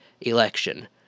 election